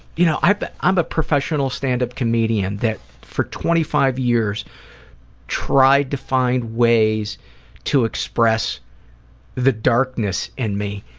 you know i'm but i'm a professional stand-up comedian that for twenty five years tried to find ways to express the darkness in me,